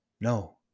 No